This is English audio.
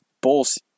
Bulls